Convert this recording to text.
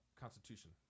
constitution